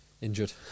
Injured